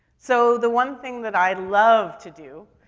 so the one thing that i love to do,